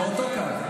באותו קו.